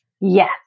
Yes